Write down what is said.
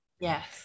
yes